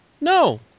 no